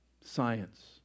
science